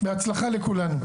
בהצלחה לכולנו.